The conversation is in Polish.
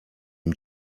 nim